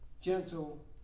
gentle